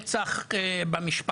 אפשר להגיד רצח במשפחה,